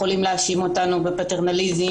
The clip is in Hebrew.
יכולים להאשים אותנו בפטרנליזם,